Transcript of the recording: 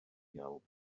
gael